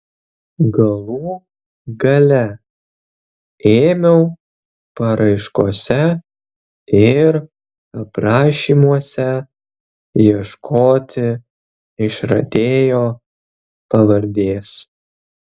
galų gale ėmiau paraiškose ir aprašymuose ieškoti išradėjo pavardės